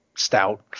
stout